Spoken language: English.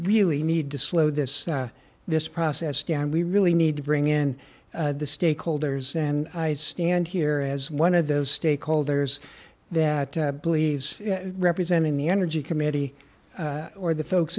really need to slow this this process down we really need to bring in the stakeholders and i stand here as one of those stakeholders that believes representing the energy committee or the folks